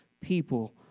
People